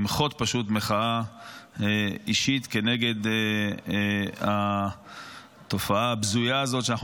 למחות פשוט מחאה אישית כנגד התופעה הבזויה הזאת שאנחנו